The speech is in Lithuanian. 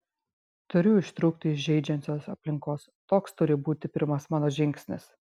turiu ištrūkti iš žeidžiančios aplinkos toks turi būti pirmas mano žingsnis